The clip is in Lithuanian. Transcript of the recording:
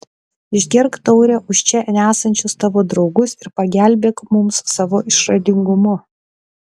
išgerk taurę už čia nesančius tavo draugus ir pagelbėk mums savo išradingumu